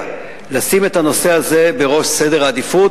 לשים את הנושא הזה בראש סדר העדיפויות,